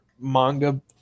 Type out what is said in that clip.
manga